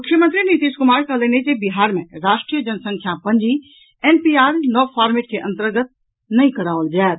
मुख्यमंत्री नीतीश कुमार कहलनि अछि जे बिहार मे राष्ट्रीय जनसंख्या पंजी एनपीआर नव फार्मेंट के अंतर्गत नहि कराओल जायत